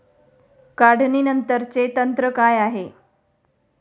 काढणीनंतरचे तंत्र काय आहे?